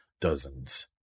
dozens